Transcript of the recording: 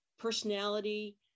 personality